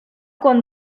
con